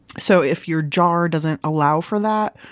so if your jar doesn't allow for that,